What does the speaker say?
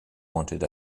wanted